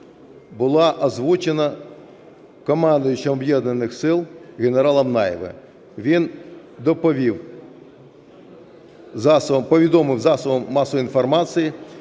була озвучена командувачем Об'єднаних сил генералом Наєвим. Він повідомив засобам масової інформації,